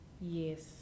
Yes